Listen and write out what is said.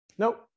Nope